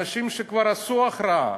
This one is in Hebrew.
אנשים שכבר עשו הכרעה,